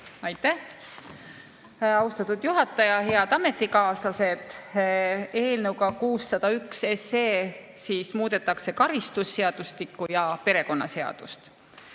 Aitäh, austatud juhataja! Head ametikaaslased! Eelnõuga 601 muudetakse karistusseadustikku ja perekonnaseadust.